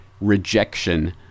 rejection